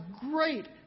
great